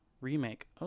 remake